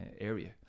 area